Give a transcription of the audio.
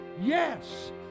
Yes